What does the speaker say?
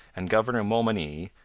and governor montmagny,